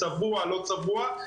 צבוע או לא צבוע,